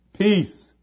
Peace